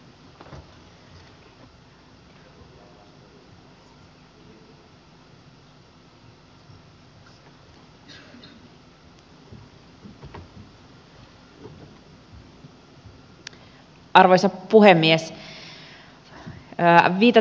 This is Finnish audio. viitaten vielä tuohon äsken käytyyn debattikeskusteluun